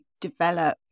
develop